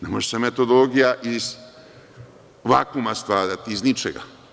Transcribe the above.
Ne može se metodologija iz vakuma stvarati, iz ničega.